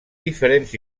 diferents